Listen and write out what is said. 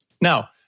now